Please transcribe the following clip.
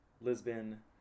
Lisbon